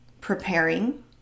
preparing